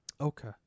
Okay